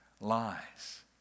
lies